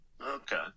okay